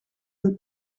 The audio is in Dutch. een